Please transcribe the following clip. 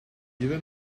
even